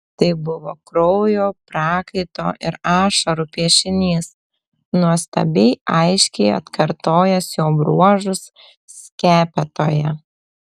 tai buvo kraujo prakaito ir ašarų piešinys nuostabiai aiškiai atkartojęs jo bruožus skepetoje